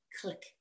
Click